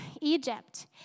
Egypt